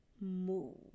move